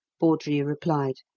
bawdrey replied.